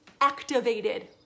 activated